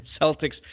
Celtics